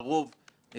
אולי שם נעוצה הבעיה,